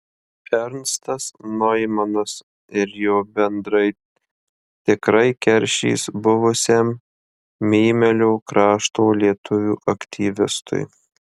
ernstas noimanas ir jo bendrai tikrai keršys buvusiam mėmelio krašto lietuvių aktyvistui